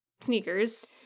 sneakers